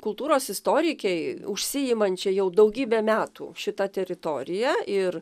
kultūros istorikei užsiimančiai jau daugybę metų šita teritorija ir